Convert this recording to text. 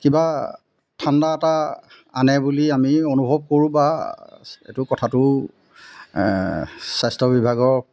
কিবা ঠাণ্ডা এটা আনে বুলি আমি অনুভৱ কৰোঁ বা এইটো কথাটো স্বাস্থ্য বিভাগৰ